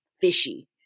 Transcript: fishy